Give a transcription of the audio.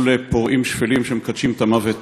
מול פורעים שפלים שמקדשים את המוות.